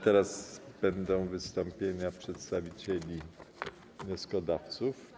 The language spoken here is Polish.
Teraz będą wystąpienia przedstawicieli wnioskodawców.